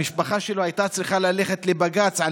המשפחה שלו הייתה צריכה ללכת לבג"ץ על